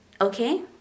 okay